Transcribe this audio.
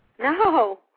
No